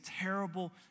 terrible